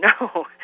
no